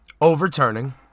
overturning